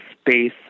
space